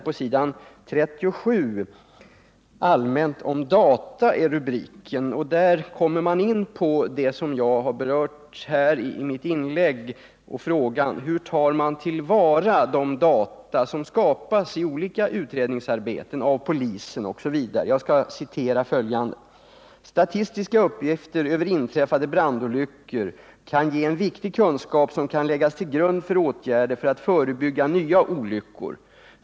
På s. 37 i betänkandet under rubriken Allmänt om data kommer man in på den fråga som jag har berört i min interpellation: Hur tar man till vara de data som skapas i olika utrednings arbeten, av polisen osv.? Jag citerar följande: ”Statistiska uppgifter över inträffade brandolyckor kan ge en viktig kunskap som kan läggas till grund för åtgärder för att förebygga nya olyckor.